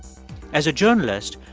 as a journalist,